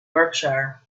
berkshire